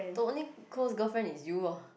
the only close girlfriend is you lor